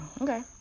Okay